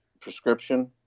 prescription